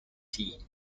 team